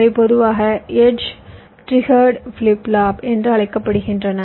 இவை பொதுவாக edge triggered flip flop என்று அழைக்கப்படுகின்றன